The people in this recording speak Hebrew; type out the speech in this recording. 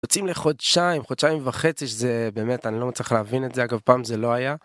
יוצאים לחודשיים-חודשיים וחצי, שזה באמת אני לא צריך להבין את זה, אגב פעם זה לא היה.